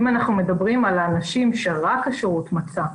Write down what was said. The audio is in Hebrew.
אם אנחנו מדברם על אנשים שרק השירות מצא,